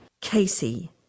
Casey